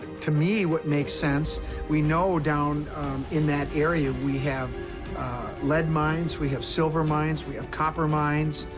to me what makes sense we know down in that area we have lead mines. we have silver mines. we have copper mines.